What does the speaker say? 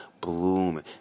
bloom